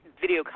video